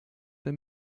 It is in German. der